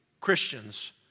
Christians